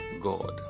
God